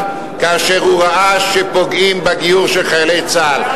כאשר הוא ראה שפוגעים בגיור של חיילי צה"ל.